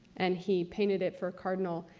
and he painted it for a cardinal,